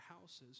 houses